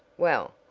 well,